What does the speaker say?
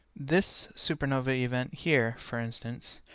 this supernova event, here, for instance,